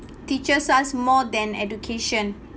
teaches us more than education